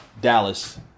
Dallas